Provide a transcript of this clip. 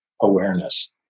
awareness